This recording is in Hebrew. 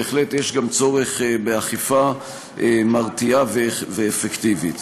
בהחלט יש גם צורך באכיפה מרתיעה ואפקטיבית.